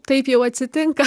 taip jau atsitinka